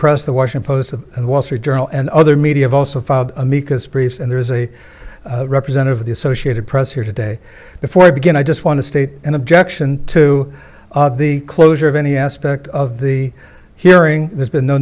press the washington post the wall street journal and other media also filed amicus briefs and there is a representative of the associated press here today before i begin i just want to state an objection to the closure of any aspect of the hearing there's been no